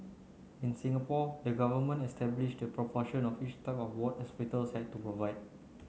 in Singapore the government establish the proportion of each type of ward hospitals had to provide